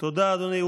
תודה, אדוני.